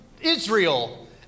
Israel